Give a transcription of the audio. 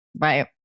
Right